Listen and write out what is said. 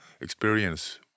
experience